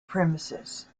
premises